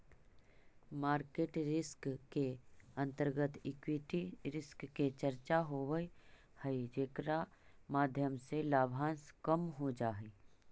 market risk के अंतर्गत equity risk के चर्चा होवऽ हई जेकरा माध्यम से लाभांश कम हो जा हई